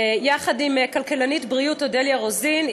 יחד עם כלכלנית בריאות אודליה רוזין,